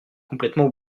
complètement